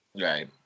Right